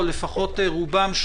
או לפחות רובם,